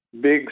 big